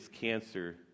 cancer